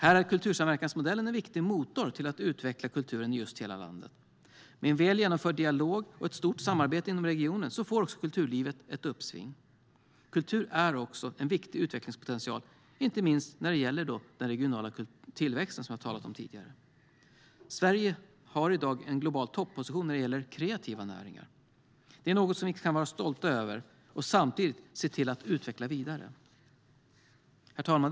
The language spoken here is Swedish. Här är kultursamverkansmodellen en viktig motor för att utveckla kulturen i just hela landet. Med en väl genomförd dialog och ett gott samarbete inom regionen får också kulturlivet ett uppsving. Kultur är också en viktig utvecklingspotential inte minst när det gäller den regionala tillväxten, som vi har talat om tidigare. Sverige har i dag en global topposition när det gäller kreativa näringar. Det är något som vi ska vara stolta över och samtidigt se till att utveckla vidare. Herr talman!